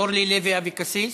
אורלי לוי אבקסיס,